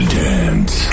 dance